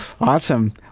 Awesome